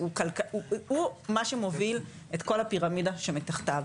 הוא מה שמוביל את כל הפירמידה שמתחתיו.